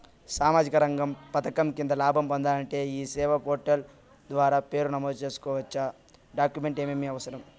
సామాజిక రంగ పథకం కింద లాభం పొందాలంటే ఈ సేవా పోర్టల్ ద్వారా పేరు నమోదు సేసుకోవచ్చా? డాక్యుమెంట్లు ఏమేమి అవసరం?